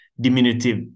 diminutive